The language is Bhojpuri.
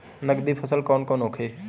नकदी फसल कौन कौनहोखे?